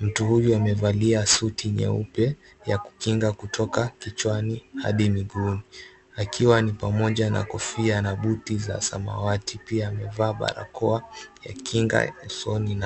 Mtu huyu amevalia suti nyeupe ya kukinga kutoka kichwani hadi miguuni. Akiwa ni pamoja na kofia na buti za samawati pia amevaa barakoa ya kinga ya usoni.